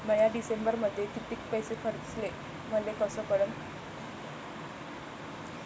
म्या डिसेंबरमध्ये कितीक पैसे खर्चले मले कस कळन?